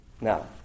Now